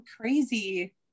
crazy